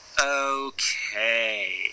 Okay